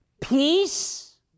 Peace